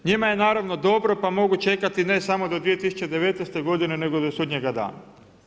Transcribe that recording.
Njima je naravno dobro pa mogu čekati ne samo do 2019. godine nego do sudnjega dana.